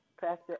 pastor